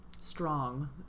strong